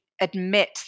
admit